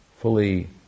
fully